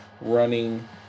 running